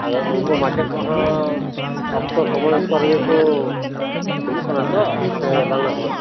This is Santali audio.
ᱟᱫᱚ ᱩᱱᱠᱩ ᱢᱟᱪᱮᱫ ᱠᱚᱦᱚᱸ ᱚᱠᱛᱚ ᱥᱚᱢᱚᱭ ᱚᱠᱛᱚ ᱨᱮᱜᱮ ᱠᱚ ᱦᱤᱡᱩᱜ ᱠᱟᱱᱟ ᱛᱚ ᱥᱮ ᱵᱟᱝᱼᱟ